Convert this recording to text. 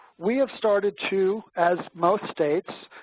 we have started to, as most states,